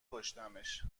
کشتمش